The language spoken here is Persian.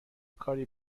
کاری